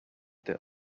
that